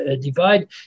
divide